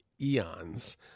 eons